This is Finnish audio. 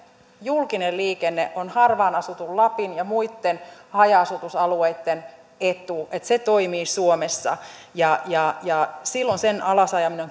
julkinen liikenne on harvaan asutun lapin ja muitten haja asutusalueitten etu se että se toimii suomessa silloin sen alasajaminen